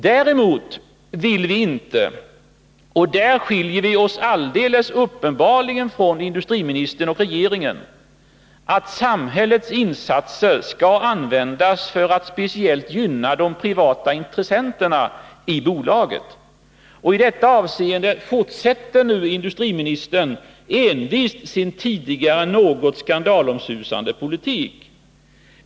Däremot vill vi inte — och där skiljer vi oss alldeles uppenbarligen från industriministern och regeringen — att samhällets insatser skall användas för att speciellt gynna de privata intressenterna i bolaget. I detta avseende fortsätter nu industriministern envist sin tidigare något skandalomsusade politik.